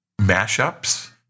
mashups